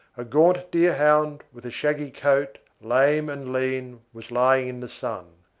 a gaunt deerhound, with a shaggy coat, lame and lean, was lying in the sun.